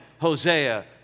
Hosea